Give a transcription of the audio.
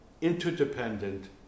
interdependent